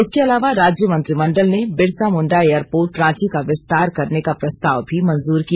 इसके अलावा राज्य मंत्रिमंडल ने बिरसा मुंडा एयरपोर्ट रांची का विस्तार करने का प्रस्ताव भी मंजूर किया